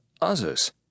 others